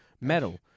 metal